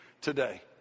today